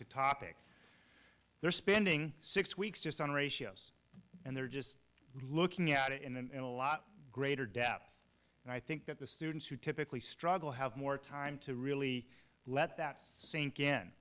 topic to they're spending six weeks just on ratios and they're just looking at it in a lot greater depth and i think that the students who typically struggle have more time to really let that sink